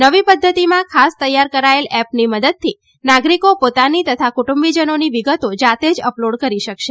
નવી પધ્ધતિમાં ખાસ તૈયાર કરાયેલ એપની મદદથી નાગરીકી પોતાની તથા કુટુંબીજનોની વિગતો જાતે જ અપલોડ કરી શકશે